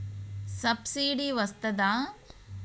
Subsidy వస్తదా?